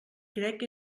crec